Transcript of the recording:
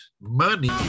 money